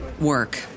work